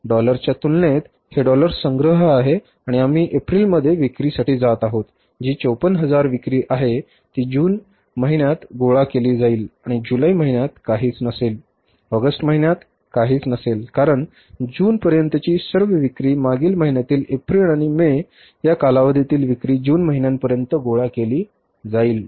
डॉलरच्या तुलनेत हे डॉलर संग्रह आहे आणि आम्ही एप्रिलमध्ये विक्रीसाठी जात आहोत जी 54000 विक्री आहे ती जून महिन्यात गोळा केली जाईल आणि जुलै महिन्यात काहीच नसेल ऑगस्ट महिन्यात काहीच नसेल कारण जूनपर्यंतची सर्व विक्री मागील महिन्यांतील एप्रिल आणि मे या कालावधीतील विक्री जून महिन्यापर्यंत गोळा केली जाईल